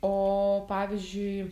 o pavyzdžiui